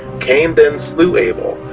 cain then slew abel,